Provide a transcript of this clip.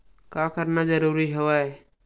का करना जरूरी हवय?